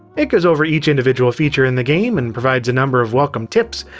it goes over each individual feature in the game and provides a number of welcome tips,